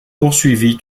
poursuivie